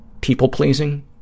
people-pleasing